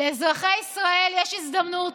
לאזרחי ישראל יש הזדמנות